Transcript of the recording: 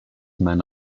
men